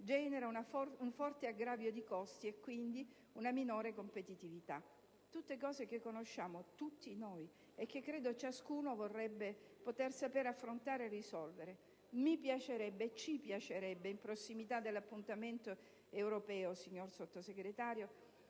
genera una forte aggravio di costi, e quindi una minore competitività). Tutte cose che conosciamo - tutti noi - e che credo ciascuno vorrebbe poter sapere affrontare e risolvere. Mi piacerebbe, ci piacerebbe, in prossimità dell'appuntamento europeo, signor Sottosegretario,